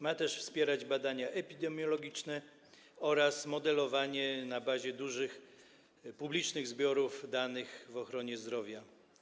Ma wspierać też badania epidemiologiczne oraz modelowanie na bazie dużych publicznych zbiorów danych w ochronie zdrowia.